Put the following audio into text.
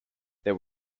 there